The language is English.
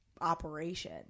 operation